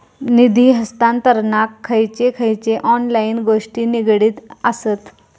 निधी हस्तांतरणाक खयचे खयचे ऑनलाइन गोष्टी निगडीत आसत?